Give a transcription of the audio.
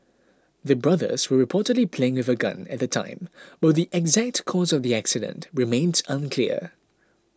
the brothers were reportedly playing with a gun at the time but the exact cause of the accident remains unclear